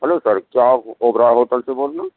hello sir کیا آپ Oberoi hotel سے بول رہے ہیں